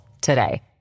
today